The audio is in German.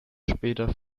später